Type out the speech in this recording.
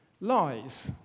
Lies